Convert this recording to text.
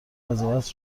قضاوت